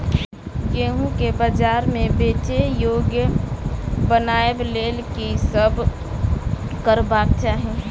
गेंहूँ केँ बजार मे बेचै योग्य बनाबय लेल की सब करबाक चाहि?